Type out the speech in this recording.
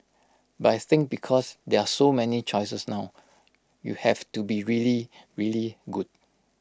but I think because there are so many choices now you have to be really really good